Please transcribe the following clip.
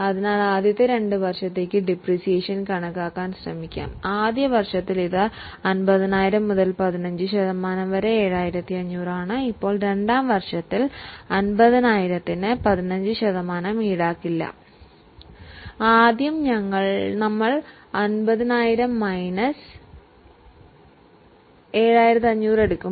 അതിനാൽ വർഷം 1 ഡിപ്രീസിയേഷൻ 7500 വർഷം 2 ഇത് 6350 വർഷം 3 ഇത് ഇനിയും കുറയ്ക്കും